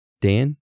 Dan